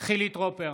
חילי טרופר,